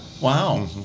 Wow